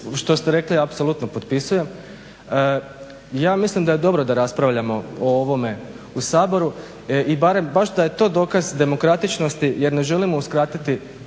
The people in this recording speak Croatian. što ste rekli apsolutno potpisujem. Ja mislim da je dobro da raspravljamo o ovome u Saboru i baš da je to dokaz demokratičnosti jer ne želimo uskratiti